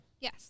yes